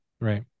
Right